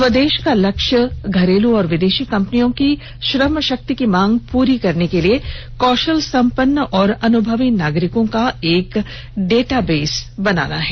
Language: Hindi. स्वदेश का लक्ष्य घरेलू और विदेशी कंपनियों की श्रमशक्ति की मांग पूरी करने के लिए कौशल संपन्न और अनुभवी नागरिकों का एक डेटाबेस बनाना है